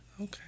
okay